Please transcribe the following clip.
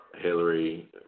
Hillary